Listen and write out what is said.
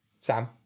Sam